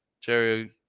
Jerry